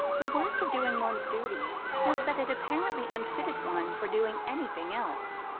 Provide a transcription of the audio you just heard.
the worst of doing one's duty was that it apparently unfitted one for doing anything else.